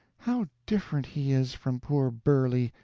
how different he is from poor burley,